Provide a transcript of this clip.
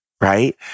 right